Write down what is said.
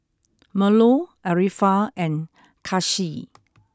Melur Arifa and Kasih